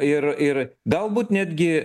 ir ir galbūt netgi